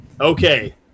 Okay